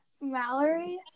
Mallory